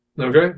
Okay